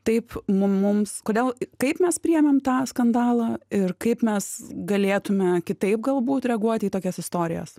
taip mum mums kodėl kaip mes priėmėm tą skandalą ir kaip mes galėtume kitaip galbūt reaguoti į tokias istorijas